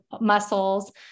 muscles